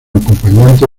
acompañante